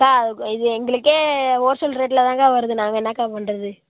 அக்கா அது இது எங்களுக்கே ஹோல்சேல் ரேட்டில் தாங்க்கா வருது நாங்கள் என்னக்கா பண்ணுறது